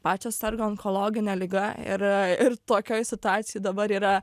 pačios serga onkologine liga ir ir tokioj situacijoj dabar yra